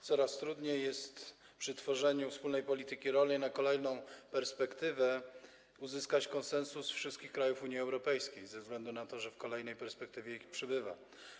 Coraz trudniej jest przy tworzeniu wspólnej polityki rolnej na kolejną perspektywę uzyskać konsensus w przypadku wszystkich krajów Unii Europejskiej ze względu na to, że w kolejnej perspektywie ich przybędzie.